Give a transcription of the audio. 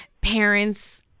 parents